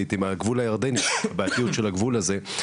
לעיתים מהגבול הירדני והבעייתיות של הגבול הזה.